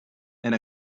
and